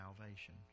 salvation